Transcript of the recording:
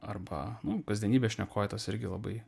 arba kasdienybės šnekoj tas irgi labai